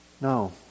No